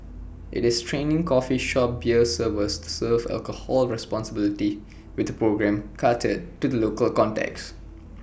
IT is training coffee shop beer service serve alcohol responsibly with A programme catered to the local context